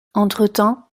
entretemps